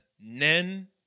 Nen